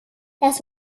das